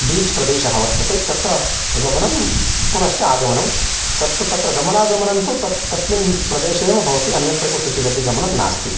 beach प्रदेशः वर्तते तत्र गमनं पुनश्च आगमनं सप्त तत्र गमनागमनं तु तस्मिन् प्रदेशे एव भवति अन्यत्र कुत्रचिदपि गमनं नास्ति